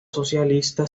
socialista